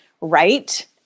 right